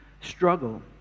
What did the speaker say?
struggle